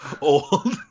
old